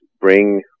bring